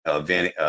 Van